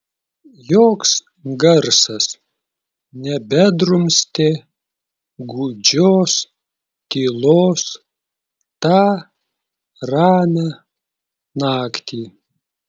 joks garsas nebedrumstė gūdžios tylos tą ramią naktį